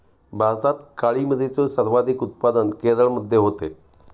भारतात काळी मिरीचे सर्वाधिक उत्पादन केरळमध्ये होते